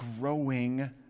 growing